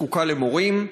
שזקוקה למורים,